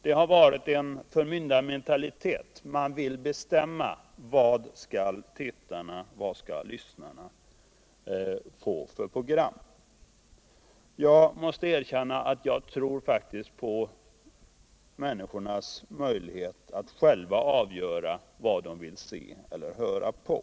Det har varit en förmyndarmentalitet; man vill bestämma vad tittarna och lyssnarna skall få Radions och tele Radions och televisionens fortsatta för program. Jag måste erkänna att jag faktiskt tror på människornas möjligheter att själva avgöra vad de vill se eller höra på.